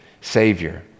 savior